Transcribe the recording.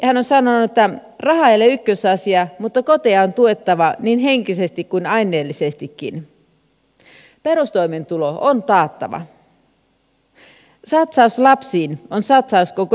raha ei ole ykkösasia mutta koteja on tuettava niin henkisesti kuin aineellisestikin perustoimeentulo on taattava satsaus lapsiin on satsaus koko yhteiskunnan kiinteyteen